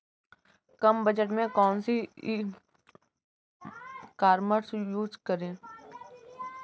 कम budget में कौन सी ई कॉमर्स यूज़ करें?